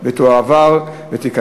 בעד, 24,